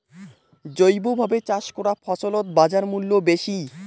জৈবভাবে চাষ করা ফছলত বাজারমূল্য বেশি